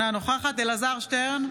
אינה נוכחת אלעזר שטרן,